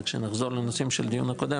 זה כשנחזור לנושאים של הדיון הקודם,